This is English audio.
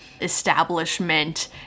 establishment